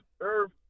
Irv